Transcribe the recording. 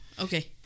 okay